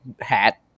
hat